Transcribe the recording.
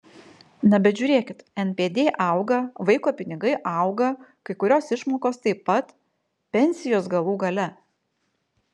na bet žiūrėkit npd auga vaiko pinigai auga kai kurios išmokos taip pat pensijos galų gale